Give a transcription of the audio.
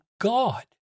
God